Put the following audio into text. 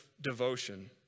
devotion